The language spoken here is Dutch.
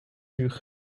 uur